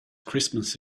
christmas